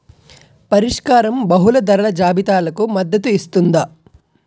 పరిష్కారం బహుళ ధరల జాబితాలకు మద్దతు ఇస్తుందా?